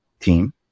team